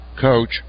Coach